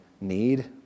need